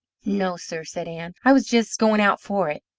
no, sir, said ann. i was just going out for it.